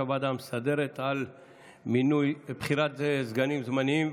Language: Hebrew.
הוועדה המסדרת על בחירת סגנים זמניים.